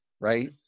right